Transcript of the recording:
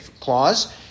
clause